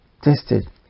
tested